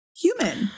human